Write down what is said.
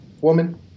woman